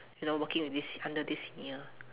you know working with this under this senior